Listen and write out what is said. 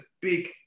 big